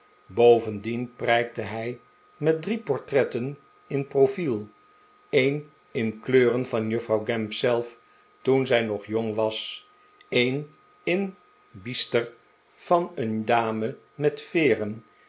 bovendien prijkte hij met drie portretten in profiel een in kleuren van juffrouw gamp zelf toen zij nog jong was een in bister van een dame met veeren